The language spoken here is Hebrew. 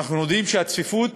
אנחנו יודעים שהצפיפות